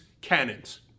cannons